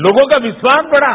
लोगों का विश्वास बढ़ा